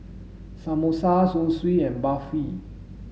samosa Zosui and Barfi